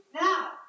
Now